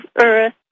earth